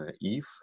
EVE